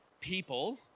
people